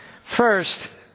First